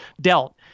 dealt